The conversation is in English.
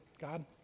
God